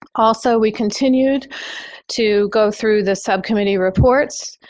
also, we continued to go through the subcommittee reports.